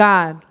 God